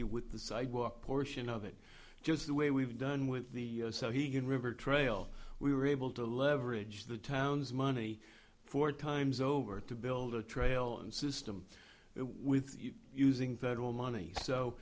you with the sidewalk portion of it just the way we've done with the so he can river trail we were able to leverage the town's money four times over to build a trail and system with using federal money so